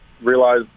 realize